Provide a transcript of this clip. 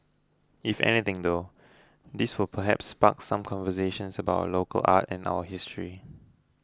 if anything though this will perhaps spark some conversations about our local art and our history